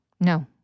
No